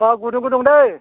अह गुदुं गुदुं दे